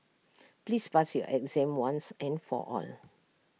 please pass your exam once and for all